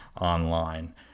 online